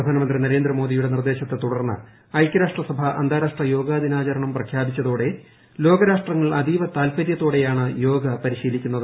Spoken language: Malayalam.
പ്രധാനമന്ത്രി ന്റർന്ദ്ര്മോദിയുടെ നിർദ്ദേശത്തെ തുടർന്ന് ഐക്യരാഷ്ട്രസഭ അന്ത്രാഷ്ട്ര യോഗദിനാചരണം പ്രഖ്യാപിച്ചതോടെ ലോകരാ്ഷ്ട്രങ്ങൾ അതീവ താൽപ്പര്യത്തോടെയാണ് ഉയ്ട്രോൾ പരിശീലിക്കുന്നത്